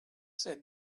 said